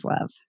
love